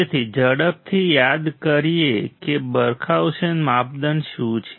તેથી ઝડપથી યાદ કરીએ કે બરખાઉસેન માપદંડ શું છે